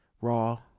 Raw